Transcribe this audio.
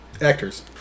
actors